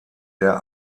der